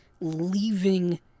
leaving